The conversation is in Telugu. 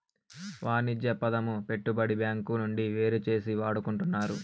వాణిజ్య పదము పెట్టుబడి బ్యాంకు నుండి వేరుచేసి వాడుకుంటున్నారు